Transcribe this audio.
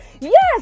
yes